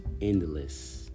endless